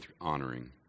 honoring